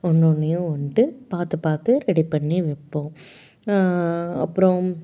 ஒன்று ஒன்றையும் வந்துட்டு பார்த்து பார்த்து ரெடி பண்ணி வைப்போம் அப்புறம்